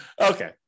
Okay